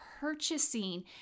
purchasing